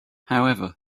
however